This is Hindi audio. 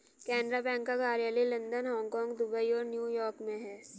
केनरा बैंक का कार्यालय लंदन हांगकांग दुबई और न्यू यॉर्क में है